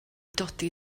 dodi